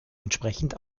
entsprechend